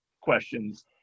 questions